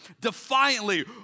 defiantly